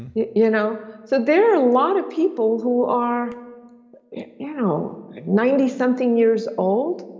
yeah you know so there are a lot of people who are you know ninety something years old